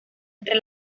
entre